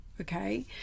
Okay